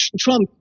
Trump